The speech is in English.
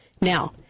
Now